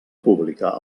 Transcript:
pública